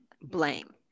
blame